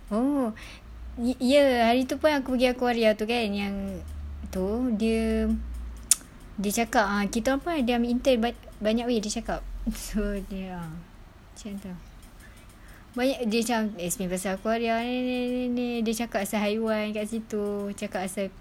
oh ye ye haritu pun aku gi aquaria tu kan yang tu dia dia cakap ah kitaorang pun ada ambil intern but banyak wei dia cakap macam tu ah banyak dia macam explain pasal aquaria ni ni ni dia cakap pasal haiwan kat situ cakap pasal